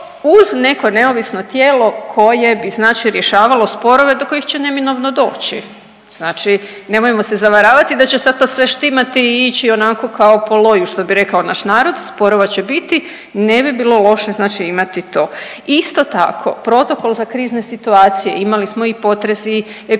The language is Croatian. uz neko neovisno tijelo koje bi znači rješavalo sporove do kojih će neminovno doći, znači nemojmo se zavaravati da će sad to sve štimati i ići onako kao po loju što bi rekao naš narod, sporova će biti, ne bi bilo loše znači imati to. Isto tako protokol za krizne situacije, imali smo i potres i epidemiju